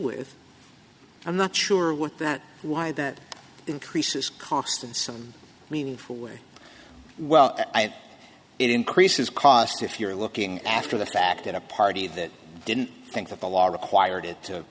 with i'm not sure what that why that increases cost in some meaningful way well i had it increases cost if you're looking after the fact at a party that didn't think that the law required